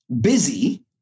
Busy